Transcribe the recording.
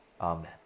Amen